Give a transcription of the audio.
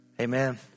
Amen